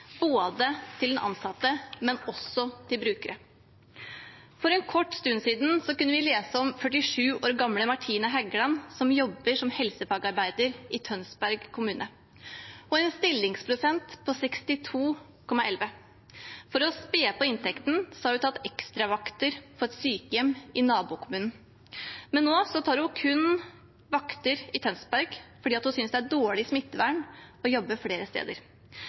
den ansatte, men også for brukere. For en kort stund siden kunne vi lese om 47 år gamle Martine Hægland som jobber som helsefagarbeider i Tønsberg kommune. Hun har en stillingsprosent på 62,11. For å spe på inntekten har hun tatt ekstravakter på et sykehjem i nabokommunen, men nå tar hun kun vakter i Tønsberg fordi hun synes det er dårlig smittevern å jobbe flere steder.